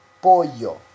Pollo